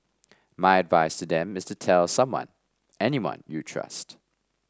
my advice to them is to tell someone anyone you trust